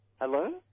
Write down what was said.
Hello